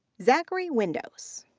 zachary windous.